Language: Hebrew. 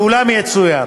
ואולם יצוין